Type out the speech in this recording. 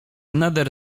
nader